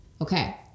Okay